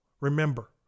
Remember